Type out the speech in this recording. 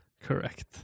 Correct